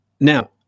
Now